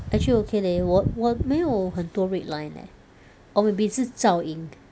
actually okay leh 我我没有很多 red line eh or maybe 是噪音